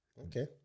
Okay